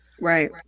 Right